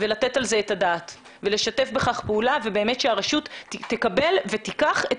לתת על זה את הדעת ולשתף פעולה ובאמת שהרשות תקבל ותיקח את